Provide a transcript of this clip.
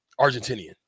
Argentinian